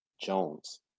Jones